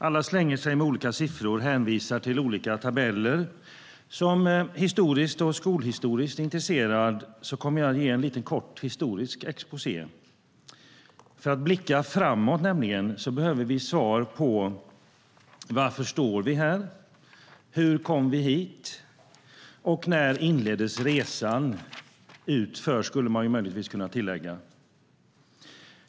Alla slänger sig med olika siffror och hänvisar till olika tabeller. Som historiskt och skolhistoriskt intresserad kommer jag att ge en kort historisk exposé. För att blicka framåt behöver vi nämligen svar på varför vi står här, hur vi kom hit och när resan inleddes - utför, skulle man möjligtvis kunna tillägga.